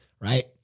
right